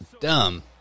Dumb